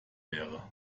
wäre